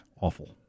awful